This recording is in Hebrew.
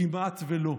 כמעט שלא.